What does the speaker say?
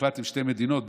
החלטתם שתי מדינות,